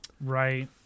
Right